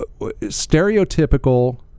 stereotypical